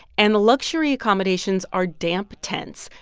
and the luxury accommodations are damp tents.